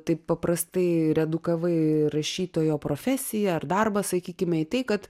taip paprastai redukavai rašytojo profesiją ar darbą sakykime į tai kad